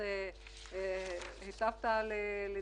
שהיטבת לדמותו,